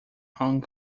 hong